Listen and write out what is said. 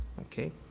Okay